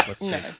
No